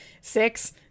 six